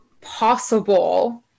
possible